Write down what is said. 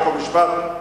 חוק ומשפט?